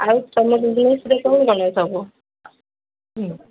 ଆଉ ତୁମ ବିଜିନେସ୍ରେ କ'ଣ କଲେ ସବୁ ହୁଁ